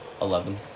Eleven